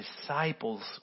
disciples